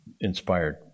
inspired